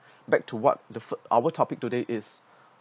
back to what the f~ our topic today is